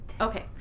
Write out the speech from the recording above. Okay